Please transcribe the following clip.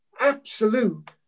absolute